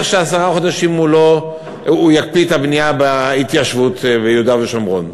שעשרה חודשים הוא יקפיא את הבנייה בהתיישבות ביהודה ושומרון,